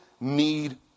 need